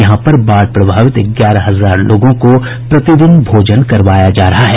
यहां पर बाढ़ प्रभावित ग्यारह हजार लोगों को प्रतिदिन भोजन कराया जा रहा है